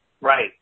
Right